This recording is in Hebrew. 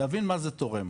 להבין מה זה תורם,